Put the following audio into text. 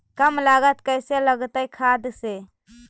कम लागत कैसे लगतय खाद से?